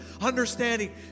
understanding